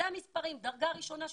אלה המספרים דרגה ראשונה שהופרדו,